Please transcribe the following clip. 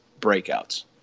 breakouts